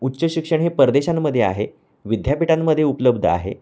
उच्च शिक्षण हे परदेशांमध्ये आहे विद्यापीठांमध्ये उपलब्ध आहे